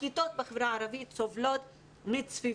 הכיתות בחברה הערבית סובלות מצפיפות.